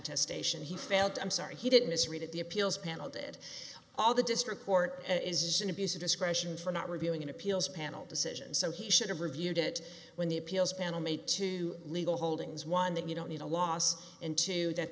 a station he felt i'm sorry he didn't is read it the appeals panel did all the district court and is an abuse of discretion for not revealing an appeals panel decision so he should have reviewed it when the appeals panel made two legal holdings one that you don't need a loss and two that